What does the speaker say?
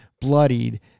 bloodied